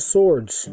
Swords